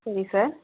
சரி சார்